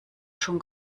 schon